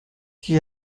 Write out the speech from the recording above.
she